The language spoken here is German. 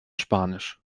spanisch